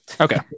Okay